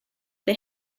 they